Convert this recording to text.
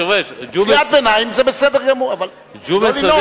קריאת ביניים זה בסדר גמור, אבל לא לנאום.